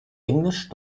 englisch